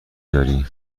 داری